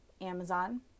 Amazon